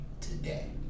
today